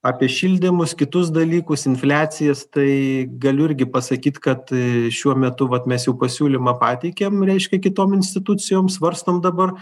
apie šildymus kitus dalykus infliacijas tai galiu irgi pasakyt kad šiuo metu vat mes jau pasiūlymą pateikėm reiškia kitom institucijom svarstom dabar